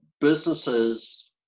businesses